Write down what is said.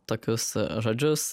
tokius žodžius